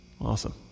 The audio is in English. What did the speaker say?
Awesome